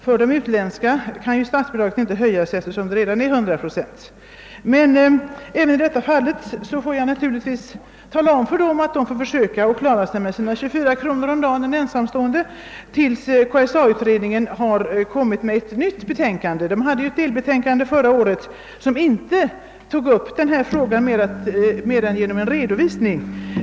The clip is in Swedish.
— För de utländska medborgarna i Sverige kan ju statsbidraget inte höjas, eftersom det redan är 100 procent. Även i detta fall får jag naturligtvis tala om för de personer det gäller, att de får lov att försöka klara sig med dessa 24'kronor om dagen, om de är ensamstående, tills KSA-utredningen kommit med ett nytt betänkande. Utredningen avgav ett delbetänkande förra året som inte tog upp denna fråga på annat sätt än genom en redovisning.